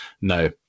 no